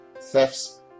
thefts